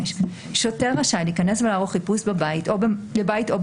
שוטר רשאי להיכנס ולערוך חיפוש בבית או במקום,